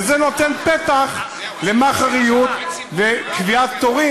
וזה נותן פתח ל"מאכעריות" ולקביעת תורים